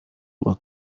were